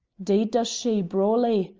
deed does she, brawly!